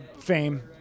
Fame